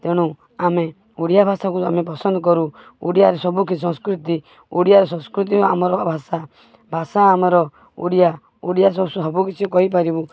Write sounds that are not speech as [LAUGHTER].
ତେଣୁ ଆମେ ଓଡ଼ିଆ ଭାଷାକୁ ଆମେ ପସନ୍ଦ କରୁ ଓଡ଼ିଆରେ ସବୁ [UNINTELLIGIBLE] ସଂସ୍କୃତି ଓଡ଼ିଆ ସଂସ୍କୃତି ଓ ଆମର ଭାଷା ଭାଷା ଆମର ଓଡ଼ିଆ ଓଡ଼ିଆ ସହ ସବୁ ମିଶି କହିପାରିବୁ